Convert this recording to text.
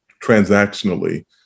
transactionally